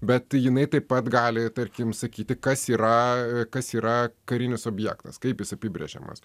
bet jinai taip pat gali tarkim sakyti kas yra kas yra karinis objektas kaip jis apibrėžiamas